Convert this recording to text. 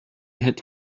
had